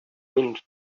wind